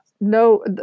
no